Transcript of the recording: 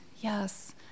Yes